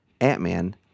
Ant-Man